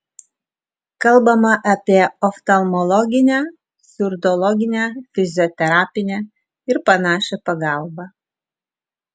kalbama apie oftalmologinę surdologinę fizioterapinę ir panašią pagalbą